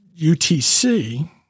UTC